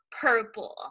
purple